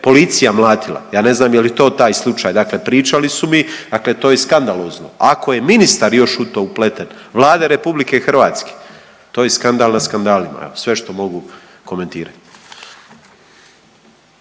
policija mlatila, ja ne znam je li to taj slučaj. Dakle, pričali su mi dakle to je skandalozno, ako je ministar još u to upleten, Vlada RH to je skandal nad skandalima evo sve što mogu komentirat.